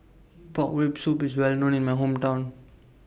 Pork Rib Soup IS Well known in My Hometown